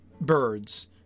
birds